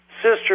Sister